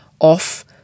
off